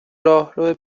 راهرو